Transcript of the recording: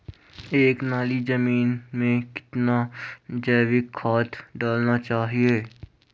एक नाली जमीन में कितना जैविक खाद डालना चाहिए?